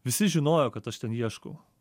visi žinojo kad aš ten ieškau